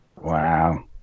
Wow